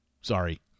Sorry